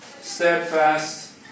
steadfast